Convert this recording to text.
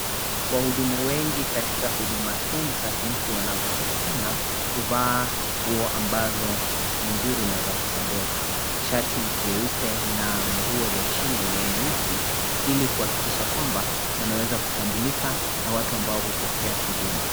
Wahudumu wengi katika Huduma Center ,jinsi wanavyoonekana huvaa nguo ambazo ni nzuri na za kupendeza. Shati jeupe na nguo za chini ni nyeusi, ili kuhakikisha kwamba wanaweza kutambulika na watu ambao hupokea huduma.